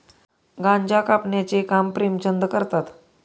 गांजा कापण्याचे काम प्रेमचंद करतात